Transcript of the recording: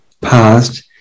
past